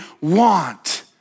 want